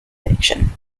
fiction